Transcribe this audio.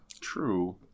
True